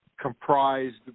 comprised